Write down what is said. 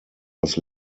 was